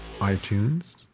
iTunes